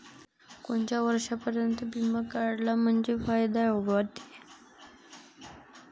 कोनच्या वर्षापर्यंत बिमा काढला म्हंजे फायदा व्हते?